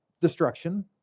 destruction